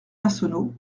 massonneau